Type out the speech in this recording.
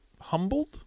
Humbled